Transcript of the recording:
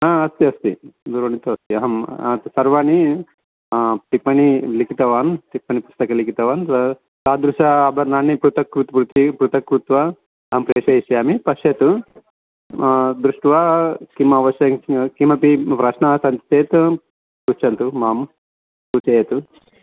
हा अस्ति अस्ति दूरवाणी तु अस्ति अहं सर्वाणि टिप्पणीं लिखितवान् टिप्पणीपुस्तके लिखितवान् तादृश आभरणानि पृथक् कृत् कृत्वा पृथक् कृत्वा अहं प्रेषयिष्यामि पश्यतु दृष्ट्वा किम् आवश्यकं किमपि प्रश्नाः सन्ति चेत् पृच्छन्तु मां सूचयतु